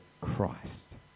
christ